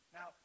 Now